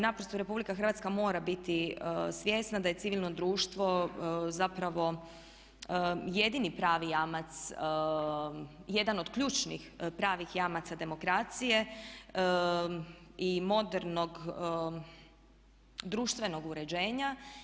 Naprosto RH mora biti svjesna da je civilno društvo zapravo jedini pravi jamac, jedan od ključnih pravih jamaca demokracije i modernog društvenog uređenja.